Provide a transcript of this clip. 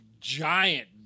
giant